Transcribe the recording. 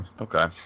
okay